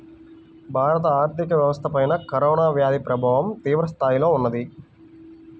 భారత ఆర్థిక వ్యవస్థపైన కరోనా వ్యాధి ప్రభావం తీవ్రస్థాయిలో ఉన్నది